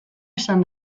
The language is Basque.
esan